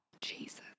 Jesus